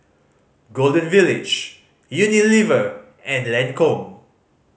Golden Village Unilever and Lancome